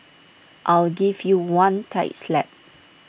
I'll give you one tight slap